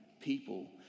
people